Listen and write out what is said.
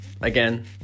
again